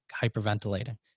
hyperventilating